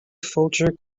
folger